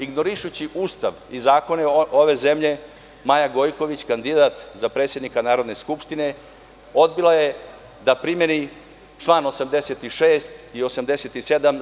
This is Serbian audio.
Ignorišući Ustav i zakone ove zemlje, Maja Gojković, kandidat za predsednika Narodne skupštine, odbila je da primeni čl. 86. i 87.